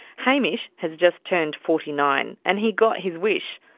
hamish has just turned forty nine. and he got his wish.